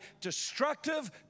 destructive